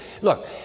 look